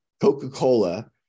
Coca-Cola